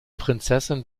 prinzessin